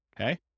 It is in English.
okay